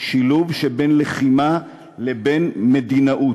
שילוב בין לחימה לבין מדינאות.